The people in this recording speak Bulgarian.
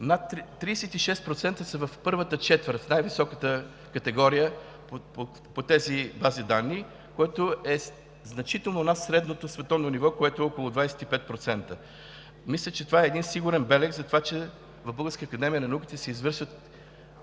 36% са в първата четвърт – най-високата категория по тези бази данни, което е значително над средното световно ниво, което е около 25%. Мисля, че това е сигурен белег, че в Българската академия на науките се извършват